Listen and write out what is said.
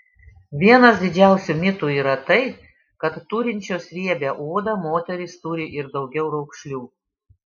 vienas didžiausių mitų yra tai kad turinčios riebią odą moterys turi ir daugiau raukšlių